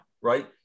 right